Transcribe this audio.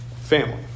family